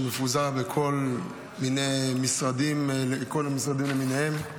שמפוזר בכל מיני משרדים למיניהם.